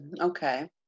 Okay